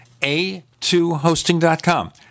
a2hosting.com